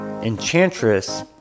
Enchantress